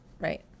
right